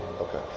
Okay